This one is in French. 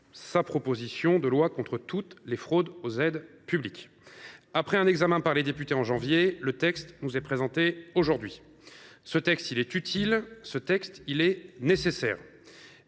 sa proposition de loi contre toutes les fraudes aux aides publiques. Après son examen par les députés au mois de janvier, le texte nous est présenté aujourd’hui. Cette proposition de loi est utile et nécessaire.